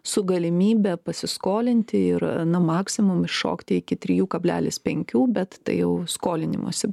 su galimybe pasiskolinti ir na maksimum iššokti iki trijų kablelis penkių bet tai jau skolinimosi